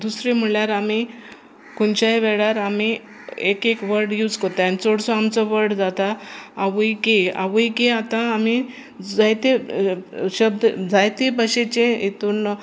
दुसरी म्हणल्यार आमी खंयच्याय वेळार आमी एक एक वर्ड यूज कोत्ताय आनी चडसो आमचो वर्ड जाता आवयगे आवयगे आतां आमी जायते शब्द जायते भाशेचे हेतून